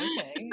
Okay